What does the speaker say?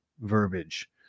verbiage